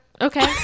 Okay